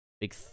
Big